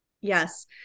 Yes